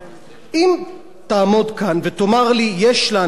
אם תעמוד כאן ותאמר לי: יש לאנשים האלה,